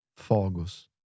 fogos